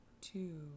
two